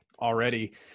already